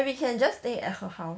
we can just stay at her house